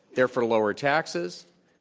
they're for lower taxes.